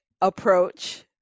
approach